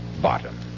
bottom